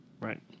Right